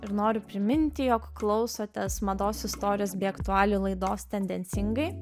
ir noriu priminti jog klausotės mados istorijos bei aktualijų laidos tendencingai